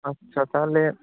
আচ্ছা তাহলে